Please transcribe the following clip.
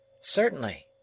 Certainly